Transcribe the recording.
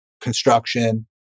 construction